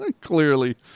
clearly